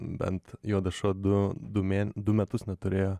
bent juodas šuo du dū mė du metus neturėjo